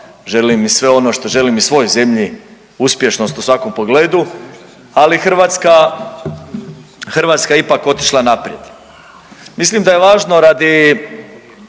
želim i svojoj zemlji, uspješnost u svakom pogledu, ali Hrvatska, Hrvatska je ipak otišla naprijed. Mislim da je važno radi